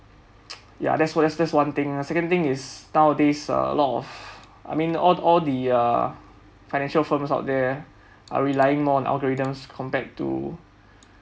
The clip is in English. ya that's that's that's one thing second thing is nowadays a lot of I mean all all the uh financial firms out there are relying more on algorithms compared to